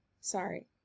sorry